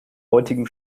heutigem